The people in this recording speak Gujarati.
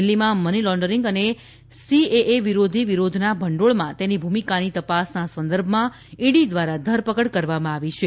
દિલ્હીમાં મની લોન્ડરિંગ અને સીએએ વિરોધી વિરોધના ભંડોળમાં તેની ભૂમિકાની તપાસના સંદર્ભમાં ઇડી દ્વારા ધરપકડ કરવામાં આવી છે